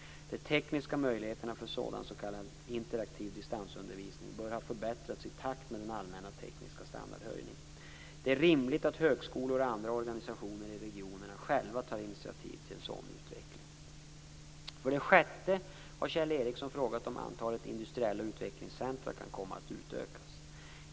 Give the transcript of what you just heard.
De tekniska möjligheterna för sådan s.k. interaktiv distansundervisning bör ha förbättrats i takt med den allmänna tekniska standardhöjningen. Det är rimligt att högskolor och andra organisationer i regionerna själva tar initiativ till en sådan utveckling. För det sjätte har Kjell Ericsson frågat om antalet industriella utvecklingscentrum kan komma att utökas.